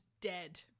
Dead